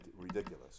ridiculous